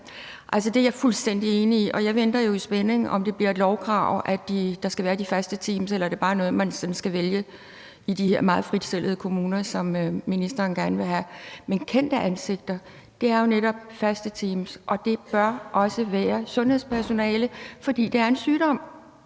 det er jeg fuldstændig enig i, og jeg afventer jo i spænding, om det bliver et lovkrav, at der skal være de faste teams, eller om det bare er noget, man sådan skal vælge i de her meget fritstillede kommuner, som ministeren gerne vil have. Men kendte ansigter er jo netop faste teams, og det bør også være sundhedspersonale, fordi demens er en sygdom.